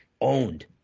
owned